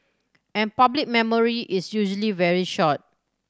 and public memory is usually very short